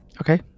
okay